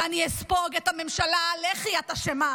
אני אספוג את: הממשלה, לכי, את אשמה.